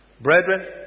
Brethren